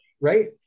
Right